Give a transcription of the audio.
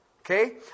Okay